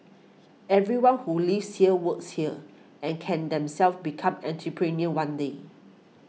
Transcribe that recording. everyone who lives here works here and can themselves become entrepreneurs one day